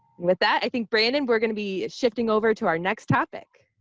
with that, i think brandon, we're going to be shifting over to our next topic.